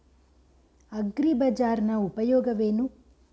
ಅಗ್ರಿಬಜಾರ್ ನ ಉಪಯೋಗವೇನು?